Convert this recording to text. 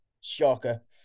shocker